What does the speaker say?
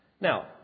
Now